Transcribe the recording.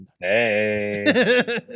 hey